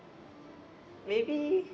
maybe